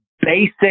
basic